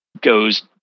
goes